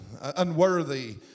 unworthy